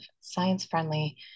science-friendly